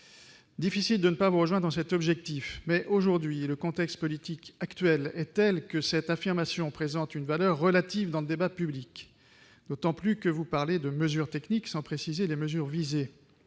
difficile de ne pas me rejoint dans cet objectif, mais aujourd'hui, le contexte politique actuel est telle que cette affirmation présente une valeur relative dans le débat public d'autant plus que vous parlez de mesures techniques, sans préciser les mesures visées,